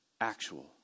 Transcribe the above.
Actual